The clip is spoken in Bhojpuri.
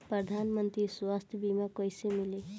प्रधानमंत्री स्वास्थ्य बीमा कइसे मिली?